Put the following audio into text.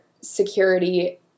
security